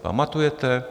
Pamatujete?